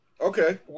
Okay